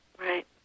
Right